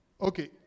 Okay